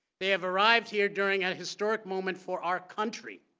they have arrived here during and a historic moment for our country.